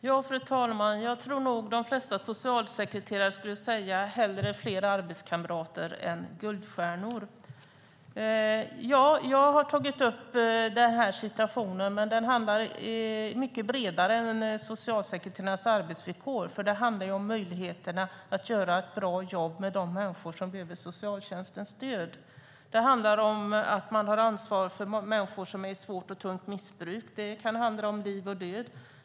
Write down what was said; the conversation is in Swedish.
Herr talman! Jag tror att de flesta socialsekreterare hellre skulle vilja ha fler arbetskamrater än guldstjärnor. Det är riktigt att jag har tagit upp denna situation, men den är mycket bredare än socialsekreterarnas arbetsvillkor. Det handlar om möjligheterna att göra ett bra jobb med de människor som behöver socialtjänstens stöd. Det handlar om att man har ansvar för människor som befinner sig i ett svårt och tungt missbruk. Det kan handla om liv och död.